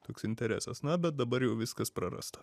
toks interesas na bet dabar jau viskas prarasta